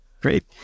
Great